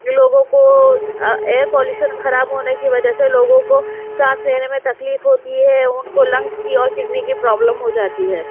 لوگوں کو air pollution خراب ہونے کی وجہ سے لوگوں کو سانس لینے میں تکلیف ہوتی ہے ان کو لنگس کی اور کڈنی کی پرابلم ہو جاتی ہے